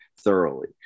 thoroughly